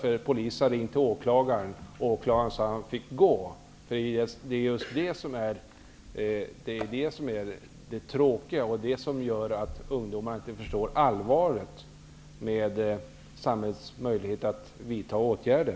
Som oftast sker nu, ringer polisen till åklagaren, som säger att den unga lagöverträdaren får gå. Det är detta som är det tråkiga, och det gör att ungdomar inte förstår allvaret i fråga om samhällets möjligheter att vidta åtgärder.